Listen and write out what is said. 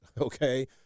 okay